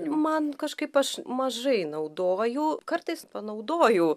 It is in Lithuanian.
man kažkaip aš mažai naudoju kartais panaudoju